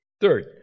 Third